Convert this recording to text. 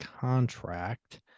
contract